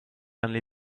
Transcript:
only